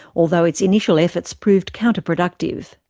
although its initial efforts proved counterproductive.